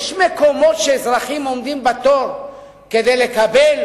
יש מקומות שבהם האזרחים עומדים בתור כדי לקבל